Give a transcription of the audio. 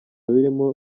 birimo